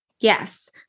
Yes